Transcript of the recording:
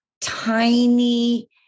tiny